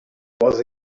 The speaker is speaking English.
was